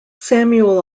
samuel